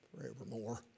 forevermore